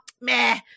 meh